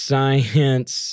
Science